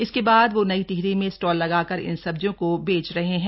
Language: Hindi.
इसके बाद वो नई टिहरी में स्टॉल लगाकर इन सब्जियों को बेच रहे हैं